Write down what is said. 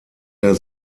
der